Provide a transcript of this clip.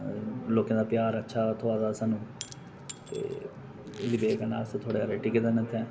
लोकें दा प्यार अच्छा थ्होआ दा स्हानूं ते एह्दी बजह् कन्नै अस थोह्ड़े हारे टिक्के दे न इत्थै